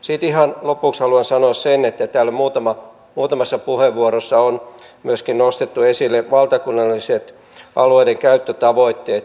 sitten ihan lopuksi haluan sanoa sen että täällä on muutamassa puheenvuorossa nostettu esille myöskin valtakunnalliset alueidenkäyttötavoitteet